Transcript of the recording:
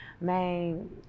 man